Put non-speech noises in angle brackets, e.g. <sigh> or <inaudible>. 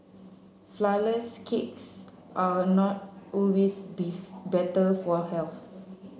flourless cakes are not always <unintelligible> better for health